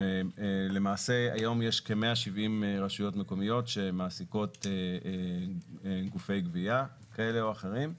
היום יש כ-170 רשויות מקומיות שמעסיקות גופי גבייה כאלה או אחרים.